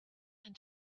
and